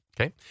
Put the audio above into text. Okay